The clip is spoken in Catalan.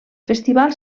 festival